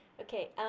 Okay